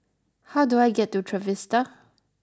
how do I get to Trevista